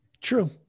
true